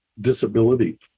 disability